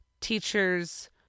teachers